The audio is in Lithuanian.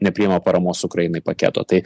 nepriėma paramos ukrainai paketo tai